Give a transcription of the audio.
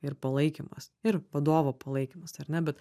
ir palaikymas ir vadovo palaikymas ar ne bet